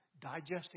digesting